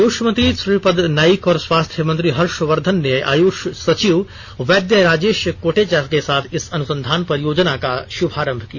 आयुष मंत्री श्रीपद नाइक और स्वास्थ्य मंत्री हर्षवर्धन ने आयुष सचिव वैद्य राजेश कोटेचा के साथ इस अनुसंधान परियोजना का शुभारंभ किया